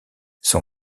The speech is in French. son